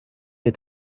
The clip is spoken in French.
est